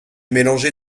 mélangé